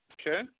okay